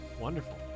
Wonderful